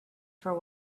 for